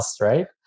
right